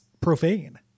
profane